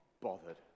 bothered